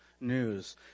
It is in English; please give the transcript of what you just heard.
news